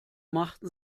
machten